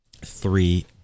Three